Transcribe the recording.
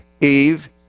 Eve